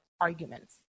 arguments